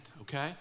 okay